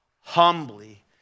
humbly